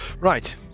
right